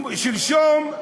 שלשום,